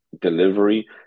delivery